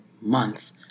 month